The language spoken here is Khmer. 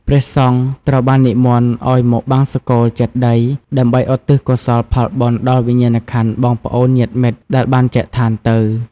ព្រះសង្ឃត្រូវបាននិមន្តឲ្យមកបង្សុកូលចេតិយ ដើម្បីឧទ្ទិសកុសលផលបុណ្យដល់វិញ្ញាណក្ខន្ធបងប្អូនញាតិមិត្តដែលបានចែកឋានទៅ។